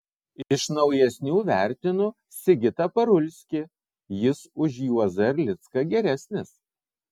iš naujesnių vertinu sigitą parulskį jis už juozą erlicką geresnis